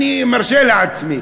אני מרשה לעצמי.